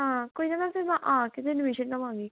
ਹਾਂ ਕੋਈ ਨਾ ਮੈਮ ਫਿਰ ਮੈਂ ਆ ਕੇ ਤੇ ਐਡਮਿਸ਼ਨ ਲਵਾਂਗੀ